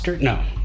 no